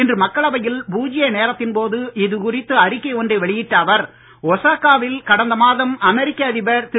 இன்று மக்களவையில் பூஜ்ய நேரத்தின் போது இது குறித்து அறிக்கை ஒன்றை வெளியிட்ட அவர் ஒசாகாவில் கடந்த மாதம் அமெரிக்க அதிபர் திரு